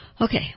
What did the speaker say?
Okay